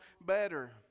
better